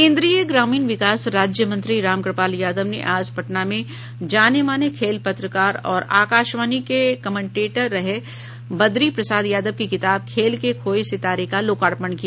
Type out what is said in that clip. केन्द्रीय ग्रामीण विकास राज्य मंत्री रामकपाल यादव ने आज पटना में जाने माने खेल पत्रकार और आकाशवाणी के कमेंटेटर रहे बद्री प्रसाद यादव की किताब खेल के खोये सितारे का लोकार्पण किया